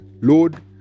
Lord